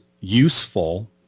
useful